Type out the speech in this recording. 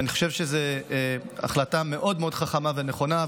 ואני חושב שזו החלטה מאוד מאוד חכמה ונכונה,